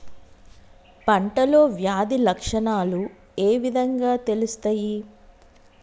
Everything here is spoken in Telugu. పంటలో వ్యాధి లక్షణాలు ఏ విధంగా తెలుస్తయి?